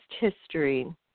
history